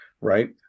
Right